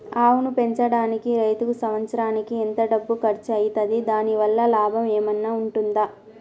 ఆవును పెంచడానికి రైతుకు సంవత్సరానికి ఎంత డబ్బు ఖర్చు అయితది? దాని వల్ల లాభం ఏమన్నా ఉంటుందా?